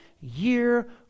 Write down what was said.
year